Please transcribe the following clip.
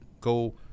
go –